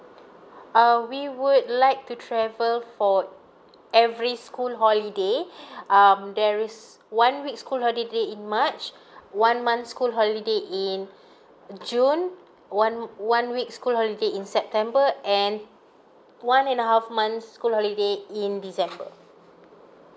uh we would like to travel for every school holiday um there is one week school holiday in march one month school holiday in june one one week school holiday in september and one and a half months school holiday in december